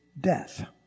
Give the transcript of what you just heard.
death